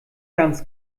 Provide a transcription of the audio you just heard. ganz